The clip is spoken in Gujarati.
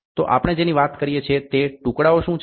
તો આપણે જેની વાત કરીએ છીએ તે ટુકડાઓ શું છે